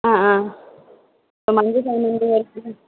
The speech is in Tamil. ஆ ஆ மஞ்ச சாமந்தி வர்துக்கு